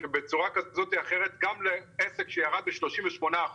שבצורה כזו או אחרת גם לעסק שירד ב-38%